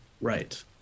Right